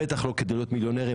בטח לא כדי להיות מיליונרים,